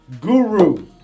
guru